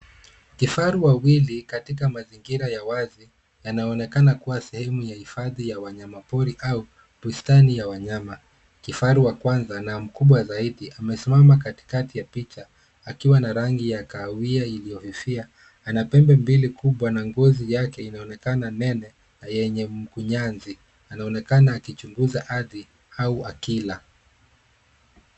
Kifaru wawili katika mazingira ya wazi yanaonekana kuwa sehemu ya hifadhi ya wanyama pori au bustani ya wanyama. Kifaru wa kwanza na mkubwa zaidi amesimama katikati ya picha akiwa na rangi ya kahawia iliyofifia. Ana pembe mbili kubwa na ngozi yake inaonekana nene na yenye mkunyanzi. Anaonekana akichunguza ardhi na akiila.